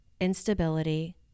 instability